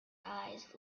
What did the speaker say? eyes